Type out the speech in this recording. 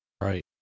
Right